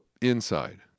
inside